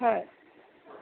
হয়